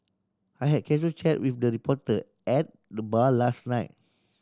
I had a casual chat with the reporter at the bar last night